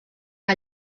que